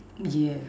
yes